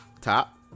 top